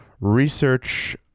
Research